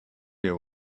you